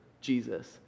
Jesus